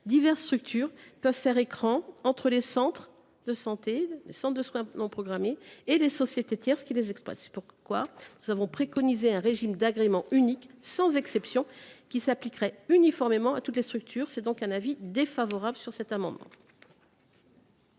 diverses structures peuvent faire écran entre les centres de santé, les centres de soins non programmés et les sociétés tierces qui les exploitent. C’est pourquoi nous avions préconisé un régime d’agrément unique, sans exception, qui s’appliquerait uniformément à toutes les structures. La commission émet donc également un avis défavorable sur cet amendement.